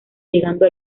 llegando